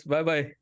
Bye-bye